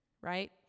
Right